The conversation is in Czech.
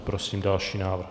Prosím další návrh.